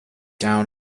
down